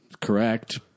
Correct